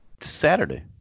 Saturday